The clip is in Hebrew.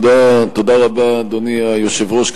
תודה רבה, אדוני היושב-ראש.